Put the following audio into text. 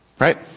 Right